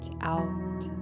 out